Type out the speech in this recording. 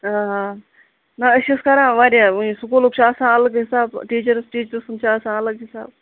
آ نہ أسۍ چھِس کَران واریاہ وٕنۍ سکوٗلُک چھُ آسان اَلگٕے حِساب ٹیچر ٹیچرٕ سُنٛد چھُ آسان اَلگ حِساب